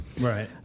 Right